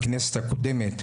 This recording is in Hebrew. בכנסת הקודמת,